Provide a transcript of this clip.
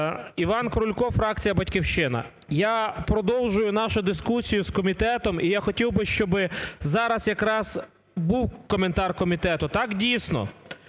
Іван Крулько, фракція "Батьківщина". Я продовжую нашу дискусію з комітетом і я хотів би, щоб зараз якраз був коментар комітету. Так, дійсно,